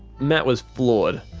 matt was floored.